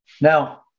Now